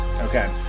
Okay